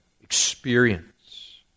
experience